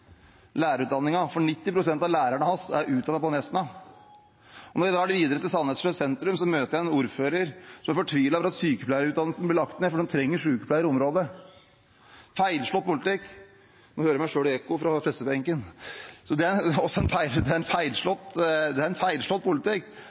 for 90 pst av lærerne hans er utdannet på Nesna. Og når jeg drar videre til Sandnessjøen sentrum, møter jeg en ordfører som er fortvilet over at sykepleierutdanningen blir lagt ned, for de trenger sykepleiere i området – feilslått politikk. Det er en